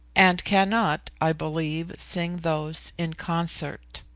and cannot, i believe, sing those in concert.